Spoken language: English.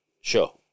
Sure